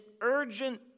urgent